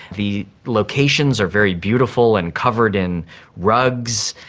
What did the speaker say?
the locations are very beautiful and covered in rugs,